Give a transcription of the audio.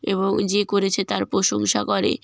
এবং যে করেছে তার প্রশংসা করে